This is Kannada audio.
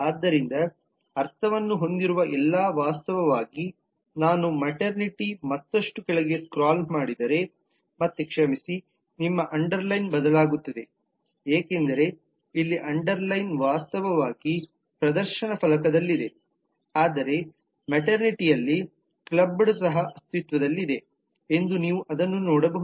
ಆದ್ದರಿಂದ ಅರ್ಥವನ್ನು ಹೊಂದಿರುವ ಎಲ್ಲಾ ವಾಸ್ತವವಾಗಿ ನಾನು ಮಾಟೆರ್ನಿಟಿಯಲ್ಲಿ ಮತ್ತಷ್ಟು ಕೆಳಗೆ ಸ್ಕ್ರಾಲ್ ಮಾಡಿದರೆ ಮತ್ತೆ ಕ್ಷಮಿಸಿ ನಿಮ್ಮ ಅಂಡರ್ಲೈನ್ ಬದಲಾಗುತ್ತದೆ ಏಕೆಂದರೆ ಇಲ್ಲಿ ಅಂಡರ್ಲೈನ್ ವಾಸ್ತವವಾಗಿ ಪ್ರದರ್ಶನ ಫಲಕದಲ್ಲಿದೆ ಆದರೆ ಮಾಟೆರ್ನಿಟಿಯಲ್ಲಿ ಕ್ಲಬ್ಬ್ದ್ ಸಹ ಅಸ್ತಿತ್ವದಲ್ಲಿದೆ ಎಂದು ನೀವು ಅದನ್ನು ನೋಡಬಹುದು